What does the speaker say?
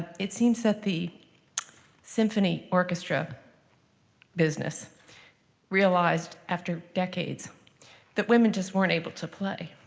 it seems that the symphony orchestra business realized after decades that women just weren't able to play.